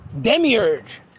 Demiurge